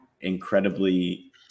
incredibly